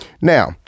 Now